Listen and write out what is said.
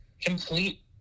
complete